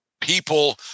people